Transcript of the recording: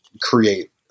create